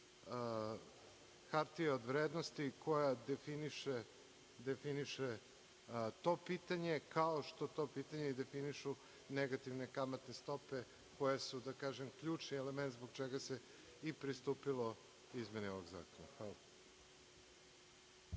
hartija od vrednosti koja definiše to pitanje, kao što to pitanje definišu negativne kamatne stope koje su ključni element, zbog čega se i pristupilo izmeni ovog zakona.